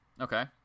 Okay